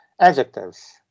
adjectives